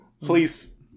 Please